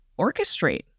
orchestrate